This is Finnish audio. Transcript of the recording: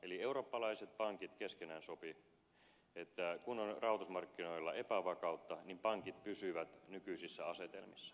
eli eurooppalaiset pankit keskenään sopivat että kun on rahoitusmarkkinoilla epävakautta niin pankit pysyvät nykyisissä asetelmissa